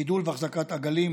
גידול והחזקת עגלים,